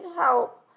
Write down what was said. help